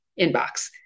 inbox